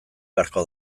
beharko